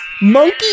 Monkey